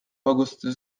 augustus